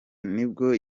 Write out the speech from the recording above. nibwo